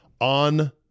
on